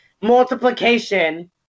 multiplication